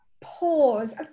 pause